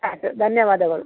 ಧನ್ಯವಾದಗಳು